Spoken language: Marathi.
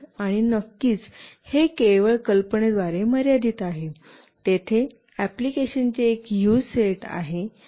आणि नक्कीच हे केवळ कल्पनेद्वारे मर्यादित आहे तेथे एप्लिकेशन चे एक ह्यूज सेट आहे